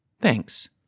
thanks